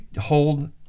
hold